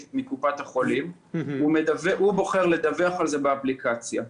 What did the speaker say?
מקופת החולים ובוחר לדווח על זה באפליקציה.